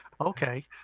okay